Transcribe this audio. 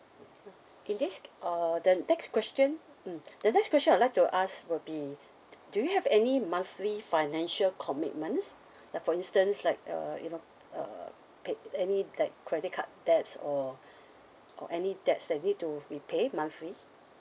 in this uh the next question mm the next question I would like to ask will be do you have any monthly financial commitments like for instance like uh you know uh paid any like credit card debts or or any debts that need to be paid monthly